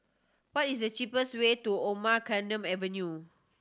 what is the cheapest way to Omar Khayyam Avenue